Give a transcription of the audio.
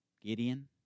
Gideon